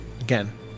Again